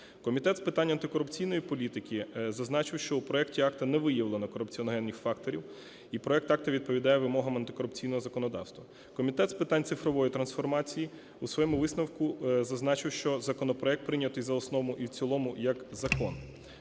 Комітет з питань антикорупційної політики зазначив, що в проекті акту не виявлено корупціогенних факторів і проект акту відповідає вимогам антикорупційного законодавства. Комітет з питань цифрової трансформації у своєму висновку зазначив, що законопроект прийняти за основу і в цілому як закон.